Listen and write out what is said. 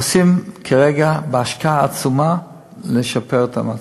עושים כרגע בהשקעה עצומה כדי לשפר את המצב.